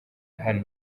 hano